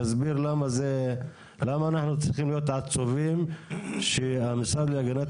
תסביר למה אנחנו צריכים להיות עצובים שהמשרד להגנת